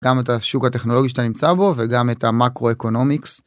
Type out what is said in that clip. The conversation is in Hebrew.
גם את השוק הטכנולוגי שאתה נמצא בו וגם את המקרו אקונומיקס.